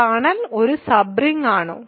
kernel ഒരു sub റിങ്ങാണോ